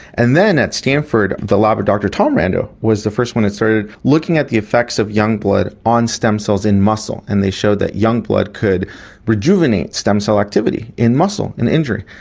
and then at stanford, the lab of dr tom rando was the first one that started looking at the effects of young blood on stem cells in muscle and they showed that young blood could rejuvenate stem cell activity in muscle, in injury.